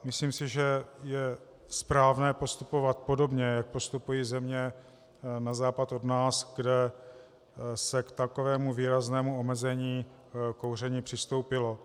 Myslím si, že je správné postupovat podobně, jak postupují země na západ od nás, kde se k takovému výraznému omezení kouření přistoupilo.